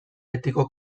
betiko